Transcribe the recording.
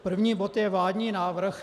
První bod je vládní návrh.